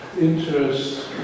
interest